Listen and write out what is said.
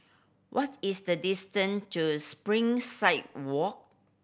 what is the distance to Springside Walk